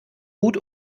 gut